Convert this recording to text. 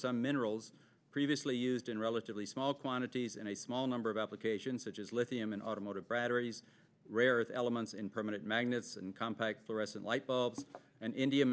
some minerals previously used in relatively small quantities and a small number of applications such as lithium and automotive batteries rares elements in permanent magnets and compact fluorescent light bulbs and india